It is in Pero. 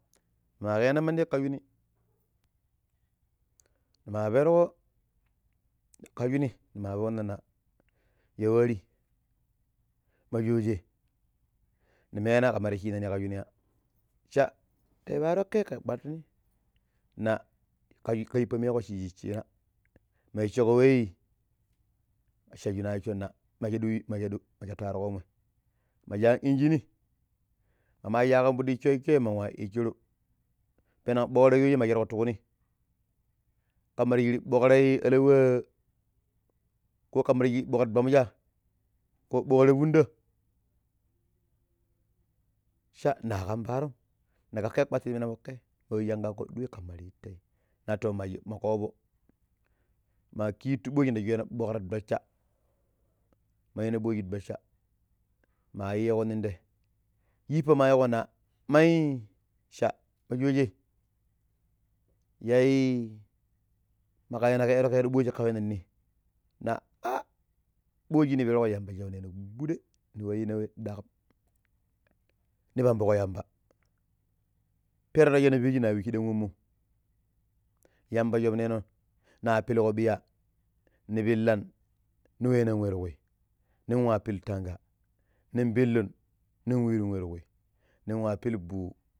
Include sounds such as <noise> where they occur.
Nima kerina mandi ka shuni nima pergo ka shuni nima fonna na ya worri ma shooje ni ena ka mar shina ni ka shuniaa <noise> sha ta yu paro ke pkwatini na ka kayipa mego shigi shina ma ishigo wai shashuna ishon ma shadu ma shadu ma shatu ar komoi ma shan enginii mama kampidi isho ishom man wa ishiru penan bokra shojen ma shedgo ti ku ni kamar shu bogra alaw wai aaa ko kamar shu bokkra domja ko bogra funda sha na kam parom napa ke kwatini pengo ke wa shanga kwadu wai kamar yu tee na too ma covo ma kiitu ɓojji da shuweno bokkra dosha ma yina ɓoji dotcha ma yigo nin tee yipa ma yigo na mai sha ma shoje yaii. Ma ka yi na kedirakedira ɓoji ka wena ni na a ɓoji ni pergo. Yamba shauneno gudai ni weyina wa ɗaƙƙam ni pambugo yamba perna shina pirji na wa shidan moom yamba shobneno na pilgo ɓia ne pillan ni wenan wa ti kui nin wa pillu tanga nin pillun ni wirun wai ti kui nin wa pilu buhu